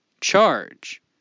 charge